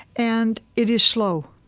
and it is slow.